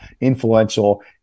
influential